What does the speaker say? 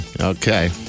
okay